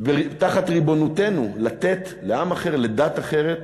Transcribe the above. תחת ריבונותנו, לתת לעם אחר, לדת אחרת,